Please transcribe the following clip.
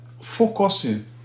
focusing